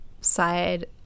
side